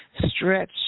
stretch